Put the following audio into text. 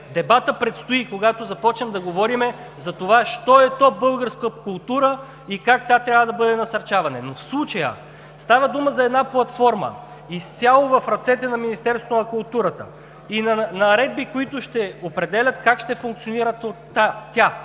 Дебатът предстои и когато започнем да говорим за това що е то българска култура и как тя трябва да бъде насърчавана? В случая става дума за една платформа изцяло в ръцете на Министерството на културата и на наредби, които ще определят как ще функционира тя.